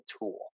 tool